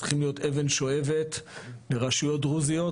צריכים להיות 'אבן שואבת' לרשויות דרוזיות,